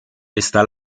está